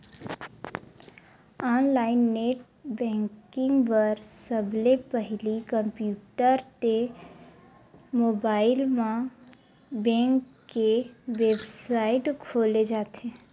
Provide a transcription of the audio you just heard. online net banking बर सबले पहिली कम्प्यूटर ते मोबाईल म बेंक के बेबसाइट खोले जाथे